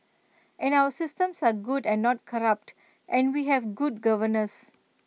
and our systems are good and not corrupt and we have good governance